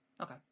okay